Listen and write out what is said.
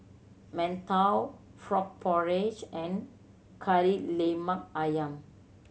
mantou frog porridge and Kari Lemak Ayam